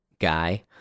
guy